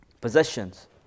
Possessions